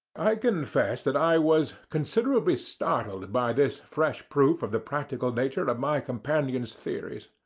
i confess that i was considerably startled by this fresh proof of the practical nature of my companion's theories.